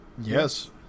Yes